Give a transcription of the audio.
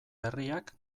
berriak